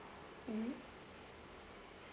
mmhmm